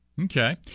Okay